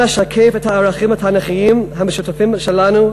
אנא, שקף את הערכים התנ"כיים המשותפים שלנו,